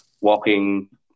walking